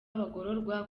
abagororwa